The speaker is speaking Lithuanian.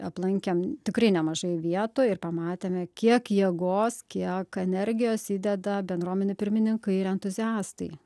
aplankėm tikrai nemažai vietų ir pamatėme kiek jėgos kiek energijos įdeda bendruomenių pirmininkai ir entuziastai